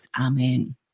Amen